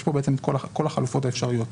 יש פה את כל החלופות האפשריות,